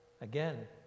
Again